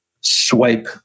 swipe